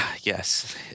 yes